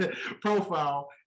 profile